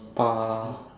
八